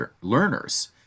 learners